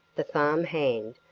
the farm hand,